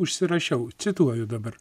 užsirašiau cituoju dabar